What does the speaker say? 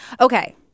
okay